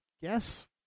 guess